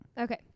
Okay